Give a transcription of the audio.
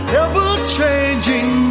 ever-changing